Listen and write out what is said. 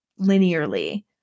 linearly